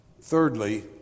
Thirdly